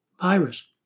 virus